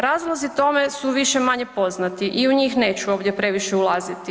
Razlozi tome su više-manje poznati i u njih neću ovdje previše ulaziti.